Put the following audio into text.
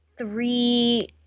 three